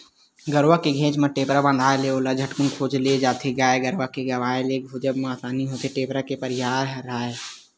गरुवा के घेंच म टेपरा बंधाय ले ओला झटकून खोज ले जाथे गाय गरुवा के गवाय ले खोजब म असानी होथे टेपरा के पहिराय ले